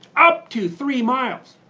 up to three miles,